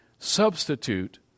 substitute